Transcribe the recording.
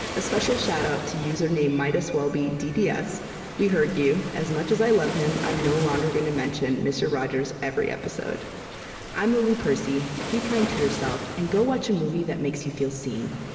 a special shout-out to username midas welby dds we heard you. as much as i love him, i'm no longer going to mention mr. rogers every episode i'm lily percy, be kind to yourself, and go watch a movie that makes you feel seen